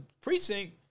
precinct